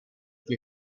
che